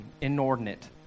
inordinate